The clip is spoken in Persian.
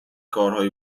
کارهای